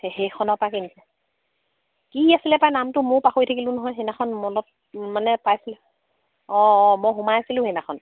সেইখনৰ পৰা কেনিছিলে কি আছিলে পায় নামটো মই পাহৰি থাকিলোঁ নহয় সেইদিনাখন মনত মানে পাইছিলে অঁ অঁ মই সোমাই আছিলোঁ সেইদিনাখন